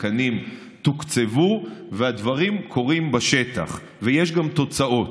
התקנים תוקצבו והדברים קורים בשטח ויש גם תוצאות.